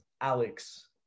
Alex